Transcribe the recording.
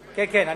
2010,